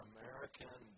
American